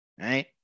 right